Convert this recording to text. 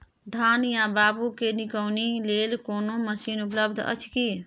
धान या बाबू के निकौनी लेल कोनो मसीन उपलब्ध अछि की?